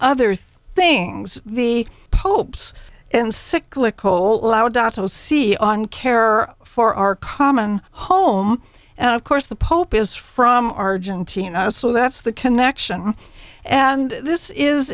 other things the pope's and cyclical allow dato see on care for our common home and of course the pope is from argentina so that's the connection and this is